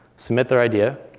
submit their idea